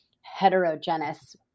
heterogeneous